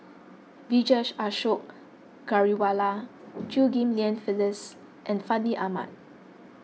Vijesh Ashok Ghariwala Chew Ghim Lian Phyllis and Fandi Ahmad